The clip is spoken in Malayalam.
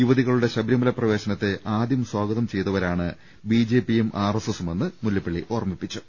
യുവതികളുടെ ശബരിമലപ്രവേശനത്തെ ആദ്യം സ്വാഗതം ചെയ്തവ രാണ് ബി ജെപിയും ആർ എസ് എസും എന്ന് മുല്ലപ്പള്ളി ഓർമ്മിപ്പിച്ചു